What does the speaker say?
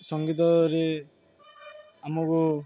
ସଙ୍ଗୀତରେ ଆମକୁ